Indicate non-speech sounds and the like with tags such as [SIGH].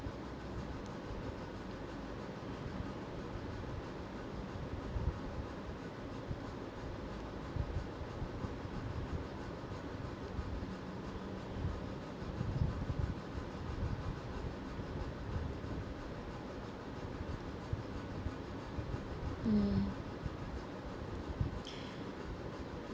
mm [BREATH]